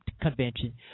convention